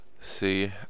see